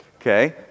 Okay